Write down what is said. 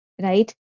Right